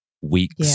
weeks